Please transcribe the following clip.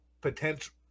potential